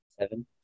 seven